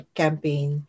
campaign